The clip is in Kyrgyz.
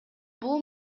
бул